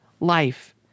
life